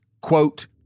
quote